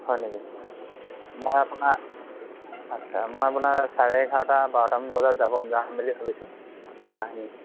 হয় নেকি মই আপোনাৰ আচ্ছা মই আপোনাৰ চাৰে এঘাৰটা বাৰটামান বজাত যাব যাম বুলি ভাবিছোঁ